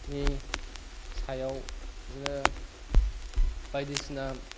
नि सायाव बिदिनो बायदिसिना